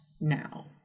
now